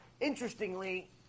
Interestingly